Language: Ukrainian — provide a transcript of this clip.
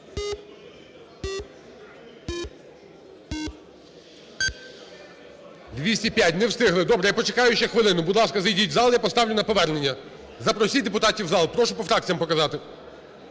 За-205 Не встигли. Добре, я почекаю ще хвилину. Будь ласка, зайдіть в зал, я поставлю на повернення. Запросіть депутатів в зал. Прошу по фракціям показати.